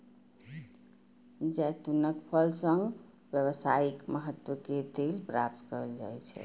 जैतूनक फल सं व्यावसायिक महत्व के तेल प्राप्त कैल जाइ छै